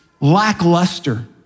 lackluster